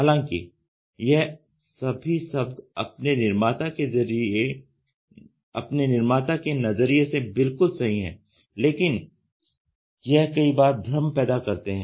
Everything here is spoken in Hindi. हालांकि यह सभी शब्द अपने निर्माता के नजरिए से बिल्कुल सही है लेकिन यह कई बार भ्रम पैदा करते हैं